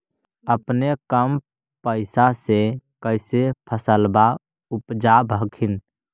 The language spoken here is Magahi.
अपने कम पैसा से कैसे फसलबा उपजाब हखिन?